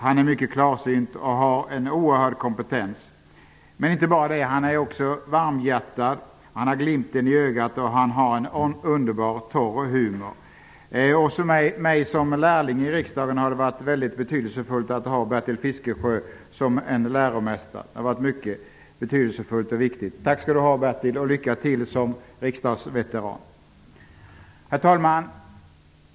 Han är mycket klarsynt och har en oerhörd kompetens. Men inte bara det. Han är också varmhjärtad. Han har glimten i ögat, och han har en underbar, torr humor. För mig såsom lärling i riksdagen har det varit mycket betydelsefullt att ha Bertil Fiskesjö som läromästare. Det har varit mycket betydelsefullt och viktigt. Tack skall du ha Bertil, och lycka till som riksdagsveteran! Herr talman!